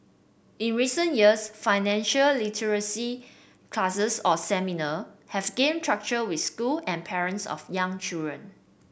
in recent years financial literacy classes or seminar have gained traction with school and parents of young children